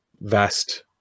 vast